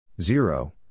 Zero